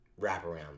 wraparound